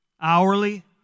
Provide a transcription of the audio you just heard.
hourly